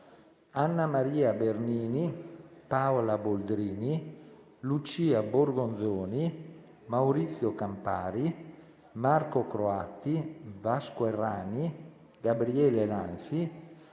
Anna Maria Bernini, Paola Boldrini, Lucia Borgonzoni, Maurizio Campari, Marco Croatti, Vasco Errani, Gabriele Lanzi,